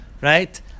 right